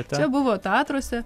čia buvo tatruose